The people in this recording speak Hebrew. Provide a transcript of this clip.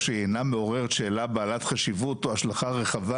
שהיא אינה מעוררת שאלה בעלת חשיבות או השלכה רחבה,